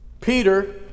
Peter